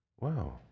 Wow